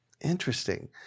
Interesting